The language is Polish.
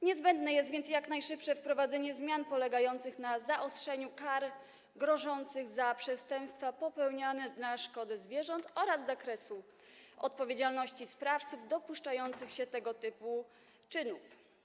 Niezbędne jest więc jak najszybsze wprowadzenie zmian polegających na zaostrzeniu kar grożących za przestępstwa popełniane na szkodę zwierząt oraz rozszerzeniu zakresu odpowiedzialności sprawców dopuszczających się tego typu czynów.